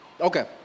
okay